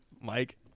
Mike